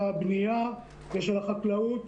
הבנייה ושל החקלאות.